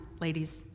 ladies